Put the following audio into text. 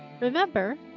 Remember